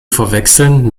verwechseln